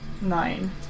nine